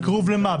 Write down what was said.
בקירוב למה?